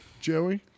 Joey